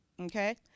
okay